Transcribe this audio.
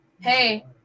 Hey